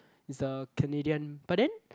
it's a Canadian but then